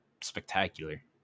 spectacular